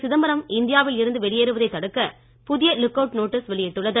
சிதம்பரம் இந்தியாவில் இருந்து வெளியேறுவதை தடுக்க புதிய லுக் அவ்ட் நோட்டீஸ் வெளியிட்டுள்ளது